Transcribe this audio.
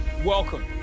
Welcome